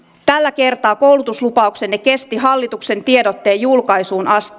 tällä kertaa koulutuslupauksenne kesti hallituksen tiedotteen julkaisuun asti